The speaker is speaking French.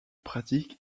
pratique